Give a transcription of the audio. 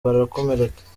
barakomereka